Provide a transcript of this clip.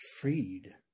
freed